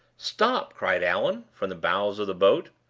stop! cried allan, from the bows of the boat.